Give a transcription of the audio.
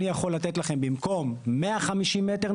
אני יכול לתת לכם במקום 150 מ"ר,